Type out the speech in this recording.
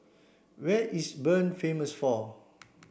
what is Bern famous for